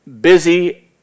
busy